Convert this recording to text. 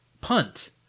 punt